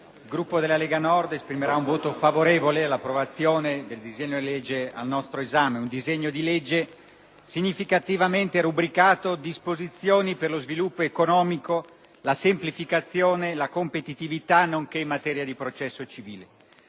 il gruppo della Lega Nord esprimerà un voto favorevole all'approvazione del disegno di legge al nostro esame, un disegno di legge significativamente rubricato: «Disposizioni per lo sviluppo economico, la semplificazione, la competitività nonché in materia di processo civile».